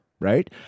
Right